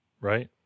right